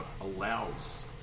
allows